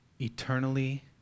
eternally